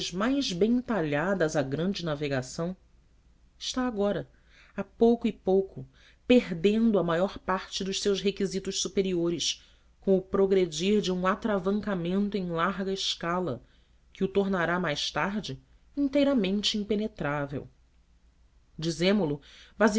talhadas à grande navegação está agora a pouco e pouco perdendo a maior parte dos seus requisitos superiores com o progredir de um atravancamento em larga escala que o tornará mais tarde inteiramente impenetrável